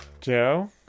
Joe